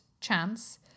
chance